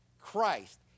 Christ